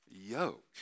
yoke